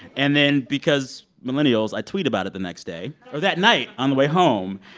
and then because millennials, i tweet about it the next day or that night on the way home.